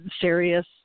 serious